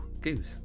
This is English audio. goose